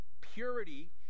purity